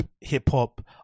hip-hop